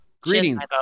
Greetings